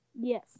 Yes